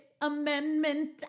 amendment